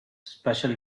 special